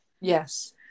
Yes